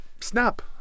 Snap